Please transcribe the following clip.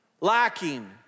lacking